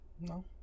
No